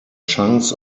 chunks